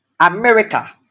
america